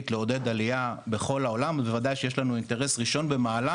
לעודד עלייה בכל העולם ובוודאי שיש לנו אינטרס ראשון במעלה,